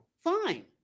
Fine